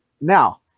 Now